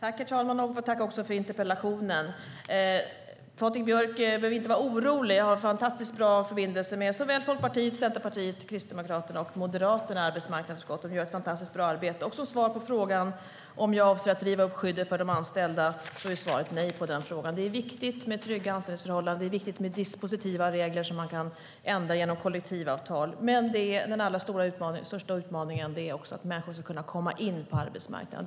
Herr talman! Jag får avslutningsvis tacka för interpellationen. Patrik Björck behöver inte vara orolig. Jag har fantastiskt bra förbindelser såväl med Folkpartiet och Centerpartiet som med Kristdemokraterna och Moderaterna i arbetsmarknadsutskottet. De gör ett mycket bra arbete. Som svar på frågan om jag avser att riva upp skyddet för de anställda är svaret nej. Det är viktigt med trygga anställningsförhållanden, och det är viktigt med dispositiva regler så att man kan ändra genom kollektivavtal. Men den allra största utmaningen handlar om att människor ska kunna komma in på arbetsmarknaden.